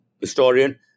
historian